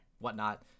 whatnot